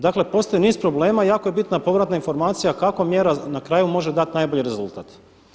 Dakle postoji niz probleme i jako je bitna povratna informacija kako mjera na kraju može dati najbolji rezultat.